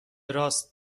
راست